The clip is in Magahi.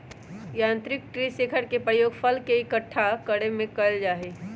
यांत्रिक ट्री शेकर के प्रयोग फल के इक्कठा करे में कइल जाहई